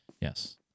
yes